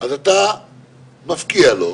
הם אזרחים טובים,